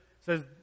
says